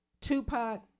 Tupac